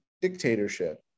dictatorship